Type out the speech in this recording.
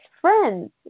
friends